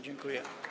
Dziękuję.